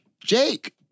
Jake